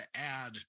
add